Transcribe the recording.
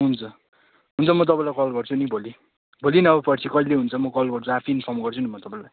हुन्छ हुन्छ म तपाईँलाई कल गर्छु नि भोलि भोलि नभए पर्सी कहिले हुन्छ म कल गर्छु आफै इन्फर्म गर्छु नि म तपाईँलाई